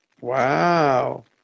wow